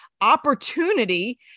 opportunity